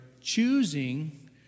choosing